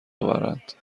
آورند